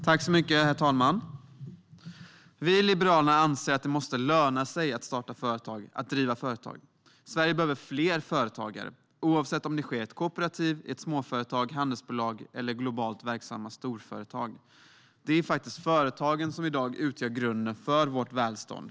Herr talman! Vi i Liberalerna anser att det måste löna sig att starta och driva företag. Sverige behöver fler företagare, oavsett om det är fråga om ett kooperativ, ett småföretag, ett handelsbolag eller globalt verksamma storföretag. Det är faktiskt företagen som i dag utgör grunden för vårt välstånd.